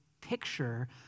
picture